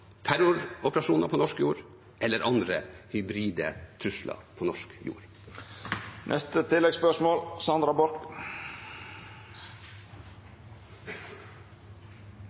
terroroperasjoner eller andre hybride trusler på norsk jord. Det vert opna for oppfølgingsspørsmål – først Sandra Borch.